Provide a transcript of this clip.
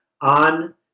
on